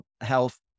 health